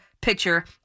pitcher